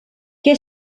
què